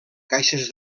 caixes